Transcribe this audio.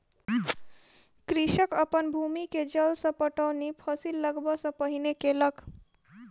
कृषक अपन भूमि के जल सॅ पटौनी फसिल लगबअ सॅ पहिने केलक